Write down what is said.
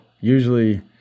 Usually